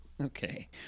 Okay